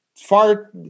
Far